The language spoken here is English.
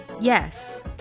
Yes